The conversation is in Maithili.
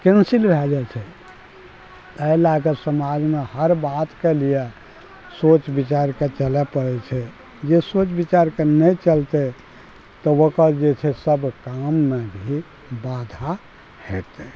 कैंसिल भए जाइ छै अइ लए कऽ समाजमे हर बातके लिये सोच विचार कए चलय पड़य छै जे सोच विचारके नहि चलतइ तऽ ओकर जे छै सब काममे भी वाधा हेतय